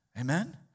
Amen